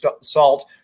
salt